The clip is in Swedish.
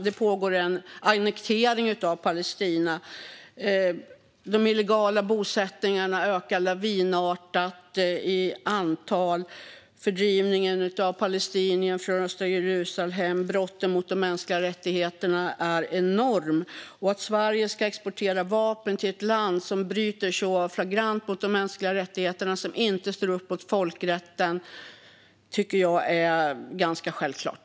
Det pågår en annektering av Palestina. De illegala bosättningarna ökar lavinartat i antal. Det sker en fördrivning av palestinier från östra Jerusalem, och brotten mot de mänskliga rättigheterna är enorma. Att Sverige inte ska exportera vapen till ett land som bryter så flagrant mot de mänskliga rättigheterna och som inte står upp för folkrätten tycker jag är ganska självklart.